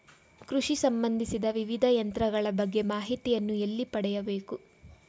ಕೃಷಿ ಸಂಬಂದಿಸಿದ ವಿವಿಧ ಯಂತ್ರಗಳ ಬಗ್ಗೆ ಮಾಹಿತಿಯನ್ನು ಎಲ್ಲಿ ಪಡೆಯಬೇಕು?